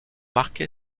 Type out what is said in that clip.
marqué